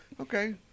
okay